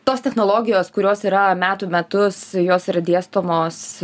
tos technologijos kurios yra metų metus jos yra dėstomos